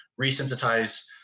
resensitize